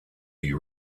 you